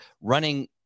running